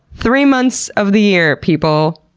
three months of the year, people!